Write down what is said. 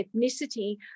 ethnicity